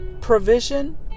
provision